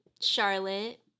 Charlotte